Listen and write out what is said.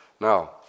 Now